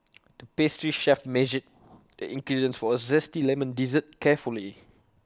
the pastry chef measured the ingredients for A Zesty Lemon Dessert carefully